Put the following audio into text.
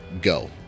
go